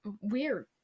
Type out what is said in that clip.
weird